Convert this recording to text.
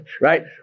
right